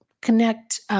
connect